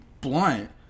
blunt